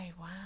wow